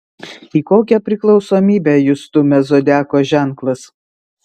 į kokią priklausomybę jus stumia zodiako ženklas